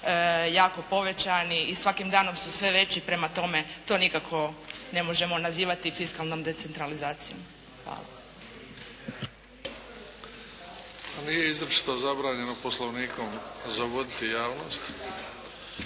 jako povećani i svakim danom su sve veći. Prema tome, to nikako ne možemo nazivati fiskalnom decentralizacijom. Hvala. **Bebić, Luka (HDZ)** Hvala. Nije izričito zabranjeno Poslovnikom zavoditi javnost.